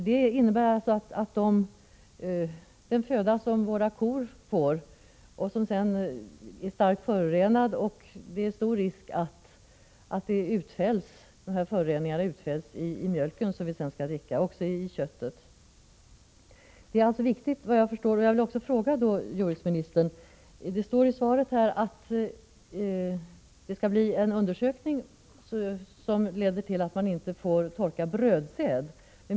Det innebär att den föda som våra kor får blir starkt förorenad. Det är stor risk att dessa föroreningar utfälls i den mjölk som vi sedan dricker och att de även utfälls i köttet. Det står i svaret att en undersökning skall företas, som leder till att man inte får torka brödsäd enligt denna metod.